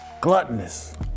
Gluttonous